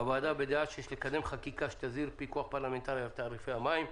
הוועדה בדעה שיש לקדם חקיקה שתסדיר פיקוח פרלמנטרי על תעריפי המים.